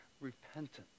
repentance